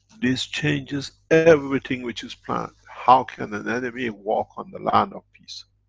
this changes everything which is planned. how can an enemy walk on the land of peace?